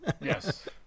Yes